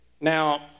Now